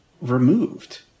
removed